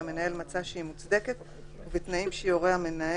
שהמנהל מצא שהיא מוצדקת ובתנאים שיורה המנהל,